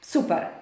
Super